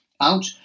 out